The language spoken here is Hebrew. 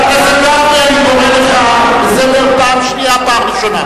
אני קורא אותך לסדר פעם שנייה, פעם ראשונה.